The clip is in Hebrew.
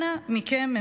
אנא מכם,